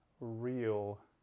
real